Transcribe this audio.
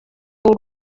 w’u